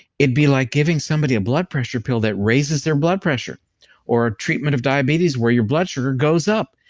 it'd be like giving somebody a blood pressure pill that raises their blood pressure or a treatment of diabetes where your blood sugar goes up!